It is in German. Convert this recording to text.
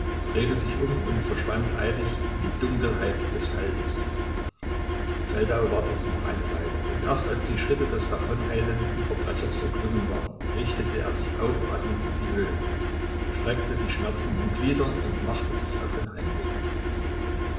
drehte sich um und verschwand eilig in die dunkelheit des feldes feldau wartete noch eine weile und erst als die schritte des davoneilenden verbrechers verklungen waren richtete er sich aufatmend in die höhe streckte die schmerzenden glieder und machte sich auf den heimweg